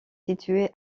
située